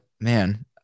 Man